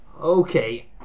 Okay